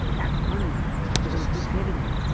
that's fun to me because i'm contributing